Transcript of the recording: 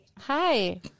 Hi